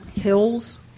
hills